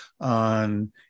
on